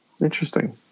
Interesting